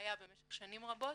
ומאפליה במשך שנים רבות.